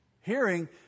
Hearing